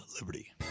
liberty